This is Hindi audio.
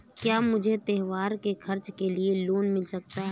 क्या मुझे त्योहार के खर्च के लिए लोन मिल सकता है?